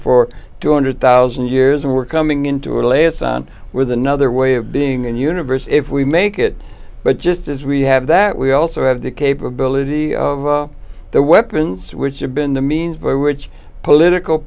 for two hundred thousand years as we're coming into a liaison with another way of being and universe if we make it but just as we have that we also have the capability of the weapons which have been the means by which political